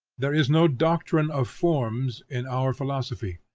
there is no doctrine of forms in our philosophy.